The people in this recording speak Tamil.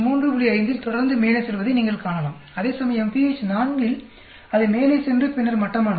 5 இல் தொடர்ந்து மேலே செல்வதை நீங்கள் காணலாம் அதேசமயம் pH 4 இல் அது மேலே சென்று பின்னர் மட்டமானது இல்லையா